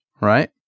right